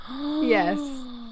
Yes